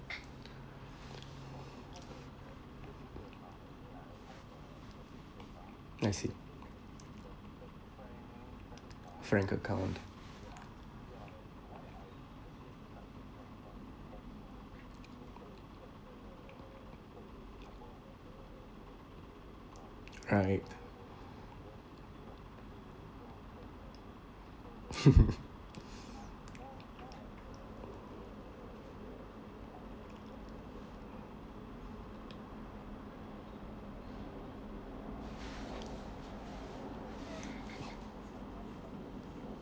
I see frank account alright